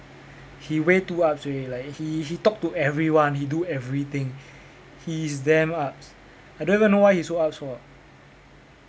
he way too upz already like he he talk to everyone he do everything he is damn upz I don't even know why he so upz for